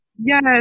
Yes